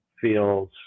feels